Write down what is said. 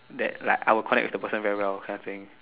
that like I will connect with the person very well that kind of thing